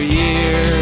year